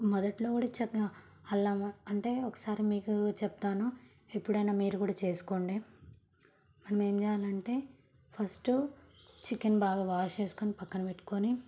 మొదట్లో కూడా చె అల్లము అంటే ఒకసారి మీకు చెప్తాను ఇప్పుడైనా మీరు కూడా చేసుకోండి మనం ఏం చేయాలంటే ఫస్ట్ చికెన్ బాగా వాష్ చేసుకొని పక్కన పెట్టుకొని